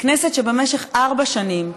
כנסת שבמשך ארבע שנים,